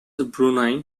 brunei